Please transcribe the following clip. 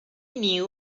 knew